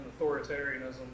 authoritarianism